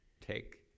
take